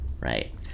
Right